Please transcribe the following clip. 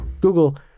Google